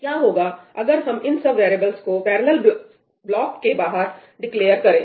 क्या होगा अगर हम इन वेरिएबलस को पैरेलल के बाहर डिक्लेअर करें